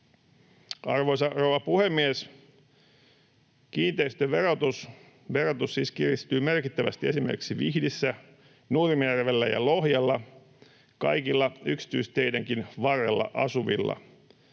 Arvoisa rouva puhemies! Kiinteistöverotus siis kiristyy merkittävästi esimerkiksi Vihdissä, Nurmijärvellä ja Lohjalla kaikilla yksityisteidenkin varrella asuvilla,